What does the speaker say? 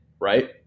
right